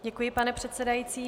Děkuji, pane předsedající.